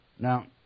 Now